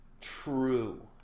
True